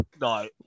No